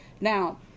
Now